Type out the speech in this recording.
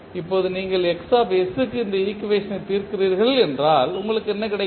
இப்போது நீங்கள் Xக்கு இந்த ஈக்குவேஷனை தீர்க்கிறீர்கள் என்றால் உங்களுக்கு என்ன கிடைக்கும்